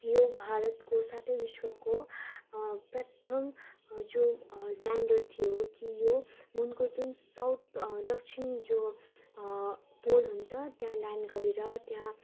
यो भारतको साथै विश्वको प्रथम जो ल्यान्डर थियो कि यो मुनको जुन साउथ दक्षिण जो पोल हुन्छ त्यहाँ ल्यान्ड गरेर त्यहाँ